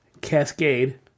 Cascade